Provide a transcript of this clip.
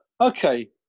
Okay